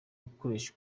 gukoresha